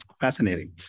Fascinating